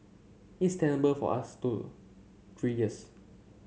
is tenable for us to three years